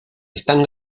están